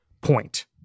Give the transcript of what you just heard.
point